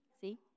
See